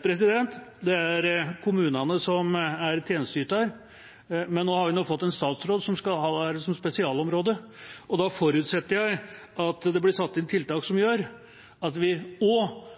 Det er kommunene som er tjenesteyter, men nå har vi fått en statsråd som skal ha dette som spesialområde. Da forutsetter jeg at det blir satt inn tiltak som gjør at vi